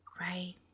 Right